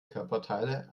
körperteile